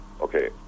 okay